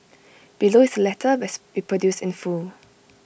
below is the letter best reproduced in full